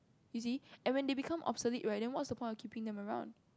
you see and when they become obsolete right then what's the point of keeping them around